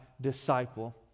disciple